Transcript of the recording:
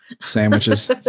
Sandwiches